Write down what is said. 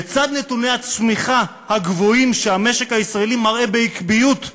לצד נתוני הצמיחה הגבוהים שהמשק הישראלי מראה בעקביות,